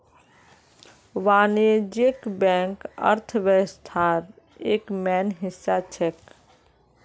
वाणिज्यिक बैंक अर्थव्यवस्थार एक मेन हिस्सा छेक